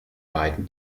beiden